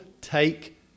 take